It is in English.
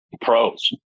pros